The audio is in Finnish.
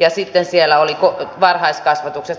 ja sitten siellä oli varhaiskasvatuksesta